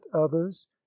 others